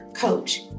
coach